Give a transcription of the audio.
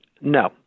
No